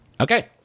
Okay